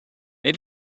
they